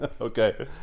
Okay